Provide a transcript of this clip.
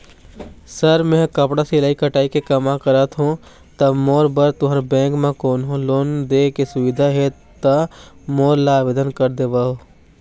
Sir मेहर कपड़ा सिलाई कटाई के कमा करत हों ता मोर बर तुंहर बैंक म कोन्हों लोन दे के सुविधा हे ता मोर ला आवेदन कर देतव?